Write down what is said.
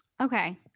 Okay